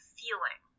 feeling